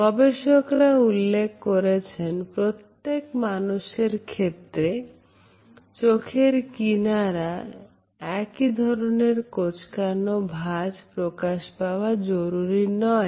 গবেষকরা উল্লেখ করেছেন প্রত্যেক মানুষের ক্ষেত্রে চোখের কিনারে একই ধরনের কোঁচকানো ভাজ প্রকাশ পাওয়া জরুরী নয়